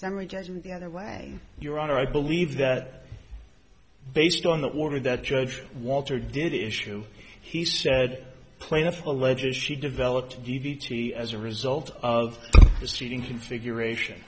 summary judgment the other way your honor i believe that based on the order that judge walter did issue he said plaintiff alleges she developed d d t as a result of mistreating configuration